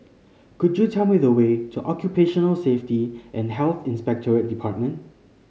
could you tell me the way to Occupational Safety and Health Inspectorate Department